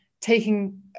taking